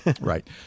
Right